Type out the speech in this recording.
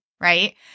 right